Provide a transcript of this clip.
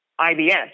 IBS